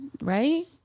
right